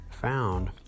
found